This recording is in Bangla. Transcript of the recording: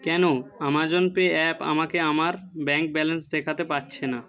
কেন আমাজন পে অ্যাপ আমাকে আমার ব্যাঙ্ক ব্যালেন্স দেখাতে পারছে না